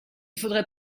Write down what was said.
faudrait